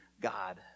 God